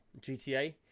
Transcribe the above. GTA